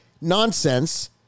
nonsense